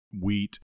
Wheat